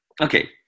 okay